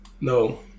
No